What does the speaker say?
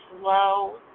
slow